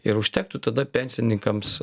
ir užtektų tada pensininkams